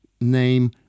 name